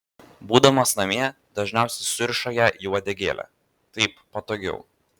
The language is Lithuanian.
būdamas namie dažniausiai suriša ją į uodegėlę taip patogiau